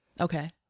Okay